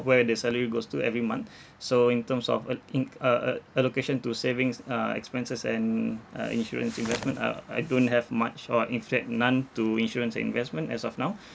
where the salary goes to every month so in terms of a~ in a~ a~ allocation to savings uh expenses and uh insurance investment uh I don't have much or in fact none to insurance and investment as of now